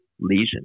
lesion